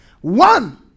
One